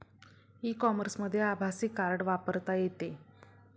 E कॉमर्समध्ये आभासी card वापरता येते